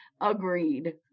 agreed